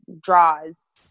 draws